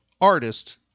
artist